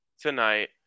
tonight